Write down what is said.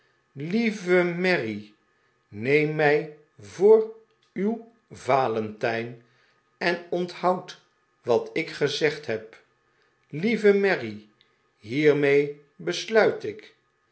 lieve mary neem mij voor uw valentijn en onthoud wat ik gezegd heb lieve mary hiermee besluit ik